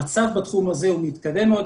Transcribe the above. המצב בתחום הזה הוא מתקדם מאוד,